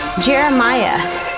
Jeremiah